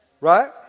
Right